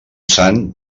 sant